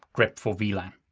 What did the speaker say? grep for vlan.